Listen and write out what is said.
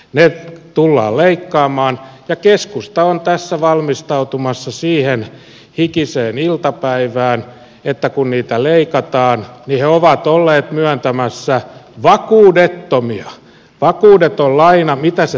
ne tullaan leikkaamaan ja keskusta on tässä valmistautumassa siihen hikiseen iltapäivään että kun niitä leikataan niin he ovat olleet myöntämässä vakuudettomia vakuudeton laina mitä se tarkoittaa